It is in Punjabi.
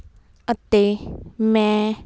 ਅਤੇ ਮੈਂ